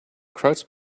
crouch